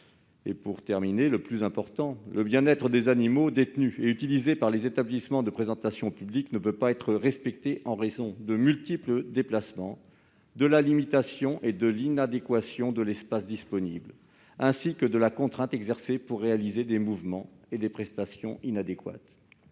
Mais le plus important, c'est que le bien-être des animaux détenus et utilisés par les établissements de présentation publique ne peut pas être assuré en raison de multiples déplacements, de la limitation et de l'inadéquation de l'espace disponible, ainsi que de la contrainte exercée pour réaliser des mouvements et des prestations inadéquates.